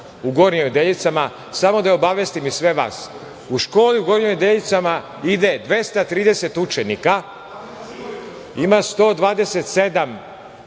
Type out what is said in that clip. u Gornjim Nedeljicama, samo da obavestim i sve vas - u školi u Gornjim Nedeljicama ide 230 učenika. Ima 127 dečaka